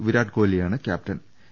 വിരാട് കോഹ്ലിയാണ് ക്യാപ്റ്റ്ൻ